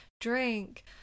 drink